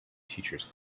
teachers